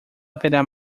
haverá